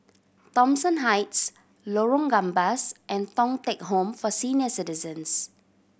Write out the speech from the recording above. Thomson Heights Lorong Gambas and Thong Teck Home for Senior Citizens